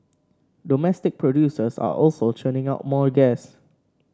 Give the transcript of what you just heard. domestic producers are also churning out more gas